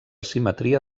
simetria